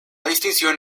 distinción